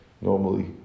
Normally